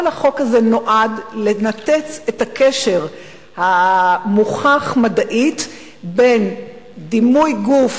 שכל החוק הזה נועד לנתק את הקשר המוכח מדעית בין דימוי גוף